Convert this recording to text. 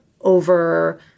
over